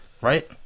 right